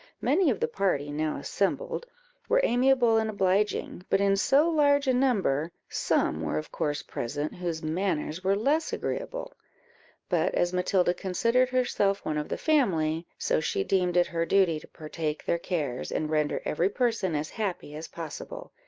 many of the party now assembled were amiable and obliging, but in so large a number, some were of course present, whose manners were less agreeable but as matilda considered herself one of the family, so she deemed it her duty to partake their cares, and render every person as happy as possible.